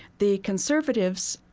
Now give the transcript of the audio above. the conservatives,